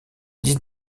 dix